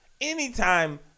Anytime